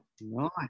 nice